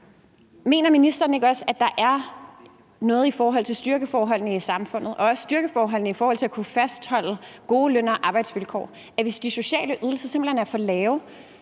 Mener ministeren ikke også, at der er noget i forhold til styrkeforholdene i samfundet, og at styrkeforholdene i forhold til at kunne fastholde gode løn- og arbejdsvilkår kommer til at sætte sig i lønningerne i vores